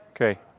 Okay